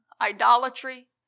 idolatry